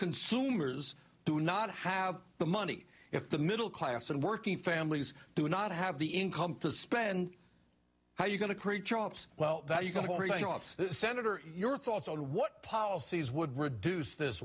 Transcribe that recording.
consumers do not have the money if the middle class and working families do not have the income to spend how you're going to create jobs well that you've got a senator your thoughts on what policies would reduce this